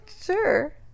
Sure